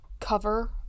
cover